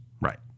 Right